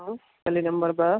गली नंबर ॿ